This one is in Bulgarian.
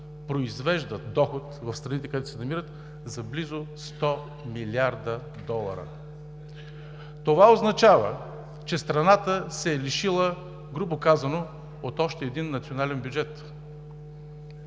произвеждат доход в страните, където се намират, за близо 100 млрд. долара. Това означава, че страната се е лишила, грубо казано, от още един национален бюджет.